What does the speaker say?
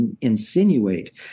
insinuate